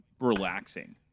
relaxing